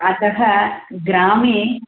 अतः ग्रामे